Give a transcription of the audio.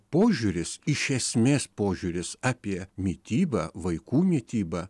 požiūris iš esmės požiūris apie mitybą vaikų mitybą